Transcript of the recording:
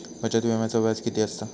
बचत विम्याचा व्याज किती असता?